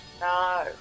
no